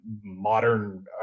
modern